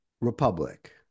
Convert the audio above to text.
republic